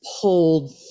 pulled